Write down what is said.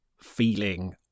feeling